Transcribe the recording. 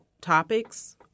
topics